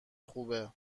خوابه